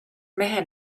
mehe